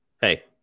Hey